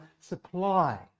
supply